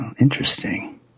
Interesting